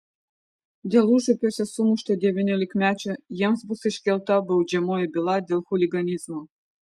dėl užupiuose sumušto devyniolikmečio jiems bus iškelta baudžiamoji byla dėl chuliganizmo